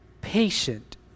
patient